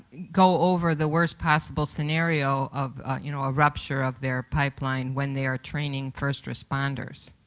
go over the worst possible scenario of you know a rupture of their pipeline when they are training first responders,